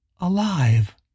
alive